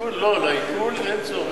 על המשכון, לעיקול אין צורך.